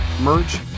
merch